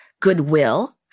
goodwill